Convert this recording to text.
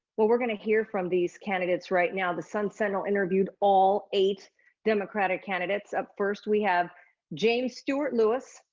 well, we're gonna hear from these candidates right now. the sun sentinel interviewed all eight democratic candidates. up first, we have james stewart lewis,